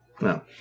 No